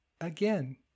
Again